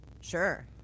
Sure